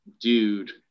dude